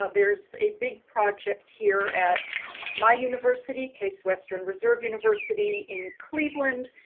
ah there's a big project here at my university case western reserve university in cleveland,